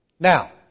Now